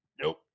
Nope